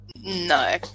No